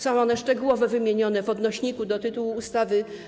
Są one szczegółowo wymienione w odnośniku do tytułu ustawy.